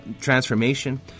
transformation